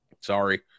sorry